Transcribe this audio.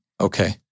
Okay